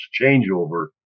changeover